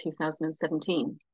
2017